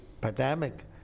pandemic